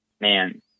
man